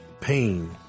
pain